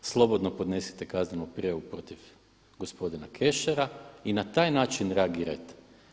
Slobodno podnesite kaznenu prijavu protiv gospodina Kešera i na taj način reagirajte.